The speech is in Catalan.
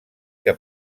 que